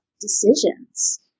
decisions